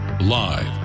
Live